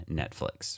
netflix